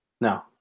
No